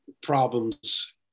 problems